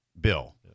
Bill